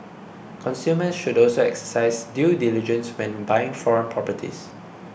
consumers should also exercise due diligence when buying foreign properties